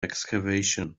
excavation